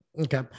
Okay